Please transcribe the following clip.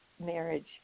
marriage